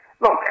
Look